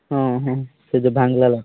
ହଁ ହଁ ସେ ଯେଉଁ ଭାଙ୍ଗି ଦେଲା